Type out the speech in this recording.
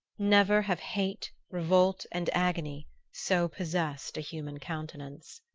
never have hate, revolt and agony so possessed a human countenance.